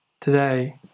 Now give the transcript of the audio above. Today